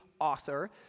author